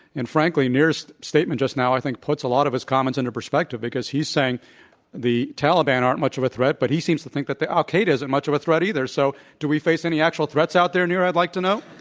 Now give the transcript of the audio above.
and frankly, nir's statement just now i think puts a lot of his comments into perspective because he's saying the taliban aren't much of a threat, but he seems think that al-qaeda isn't much of a threat either, so do we face any actual threats out there, nir, i'd like to know?